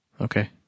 okay